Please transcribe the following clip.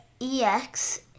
EX